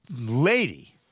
lady